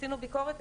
עשינו ביקורת,